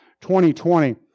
2020